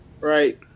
right